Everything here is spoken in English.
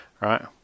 right